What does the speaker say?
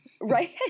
Right